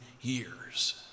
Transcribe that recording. years